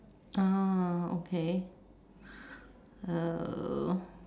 ah okay uh